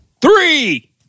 Three